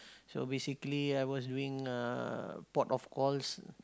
so basically I was doing uh port of calls